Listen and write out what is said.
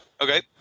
Okay